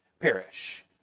perish